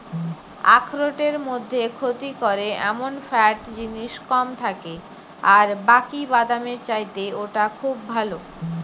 আখরোটের মধ্যে ক্ষতি করে এমন ফ্যাট জিনিস কম থাকে আর বাকি বাদামের চাইতে ওটা খুব ভালো